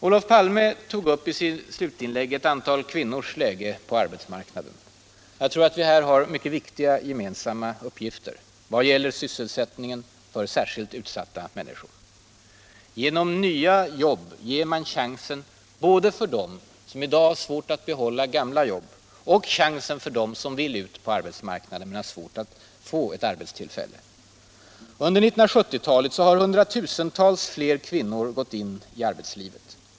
Olof Palme tog i sitt slutinlägg upp ett antal kvinnors läge på arbetsmarknaden. Jag tror att vi här har mycket viktiga gemensamma uppgifter när det gäller sysselsättningen för särskilt utsatta människor. Genom nya jobb ger man chansen både åt dem som i dag har svårt att behålla gamla jobb och åt dem som vill ut på arbetsmarknaden men har svårt att få ett arbete. Under 1970-talet har hundratusentals fler kvinnor gått ut i arbetslivet.